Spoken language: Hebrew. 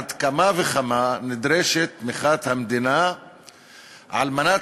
עד כמה וכמה נדרשת תמיכת המדינה על מנת